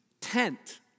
tent